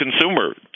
consumer